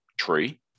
tree